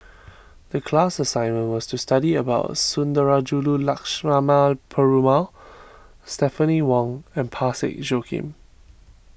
the class assignment was to study about Sundarajulu Lakshmana Perumal Stephanie Wong and Parsick Joaquim